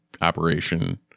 operation